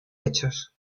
hechos